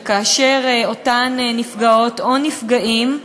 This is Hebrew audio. וכאשר אותם נפגעות או נפגעים,